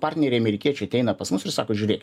partneriai amerikiečiai ateina pas mus ir sako žiūrėkit